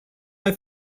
mai